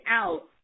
out